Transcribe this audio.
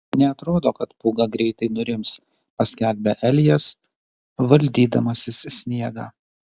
neatrodo kad pūga greitai nurims paskelbia elijas valdydamasis sniegą